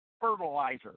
fertilizer